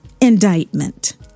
indictment